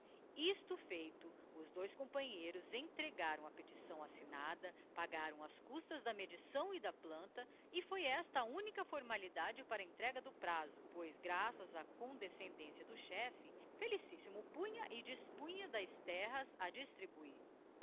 isto feito os dois companheiros entregaram a petição assignada pagaram as custas da medição e da planta e foi esta a única formalidade para a entrega do prazo pois graças á condescendência do chefe felicíssimo punha e dispunha das terras a distribuir